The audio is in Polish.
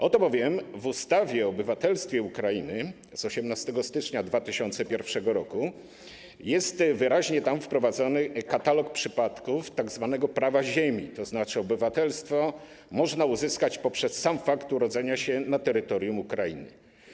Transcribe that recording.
Oto bowiem w ustawie o obywatelstwie Ukrainy z 18 stycznia 2001 r. jest wyraźnie wprowadzony katalog przypadków tzw. prawa ziemi, to znaczy, że obywatelstwo można uzyskać poprzez sam fakt urodzenia się na terytorium Ukrainy.